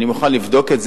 אני מוכן לבדוק את זה,